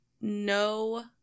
no